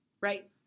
Right